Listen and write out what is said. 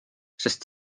sest